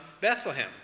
Bethlehem